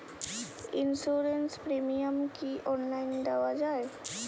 Insurance premium কি online দেওয়া যায়?